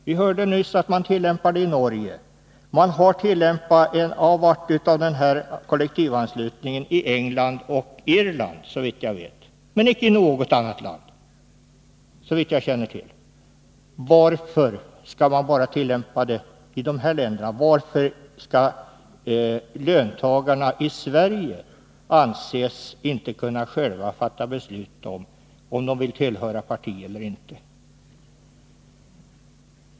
Vi hörde nyss att man tillämpar systemet i Norge. Man har också tillämpat en avart av kollektivanslutningen i England och på Irland, men icke i något annat land, såvitt jag känner till. Varför skall man bara tillämpa kollektivanslutning i dessa länder? Varför skall löntagarna i Sverige inte själva anses kunna fatta beslut om huruvida de vill tillhöra ett parti eller inte?